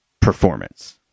performance